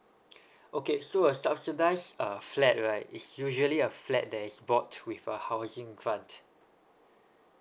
okay so a subsidise uh flat right is usually a flat there is bought with a housing grant